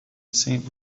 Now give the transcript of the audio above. saint